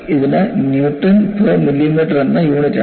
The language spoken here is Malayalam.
ഇതിന് ന്യൂട്ടൺ പേർ മില്ലിമീറ്റർ എന്ന യൂണിറ്റാണ്